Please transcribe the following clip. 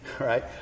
right